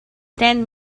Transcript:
ten